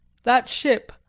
that ship,